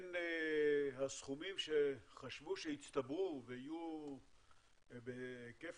בין הסכומים שחשבו שיצטברו ויהיו בהיקף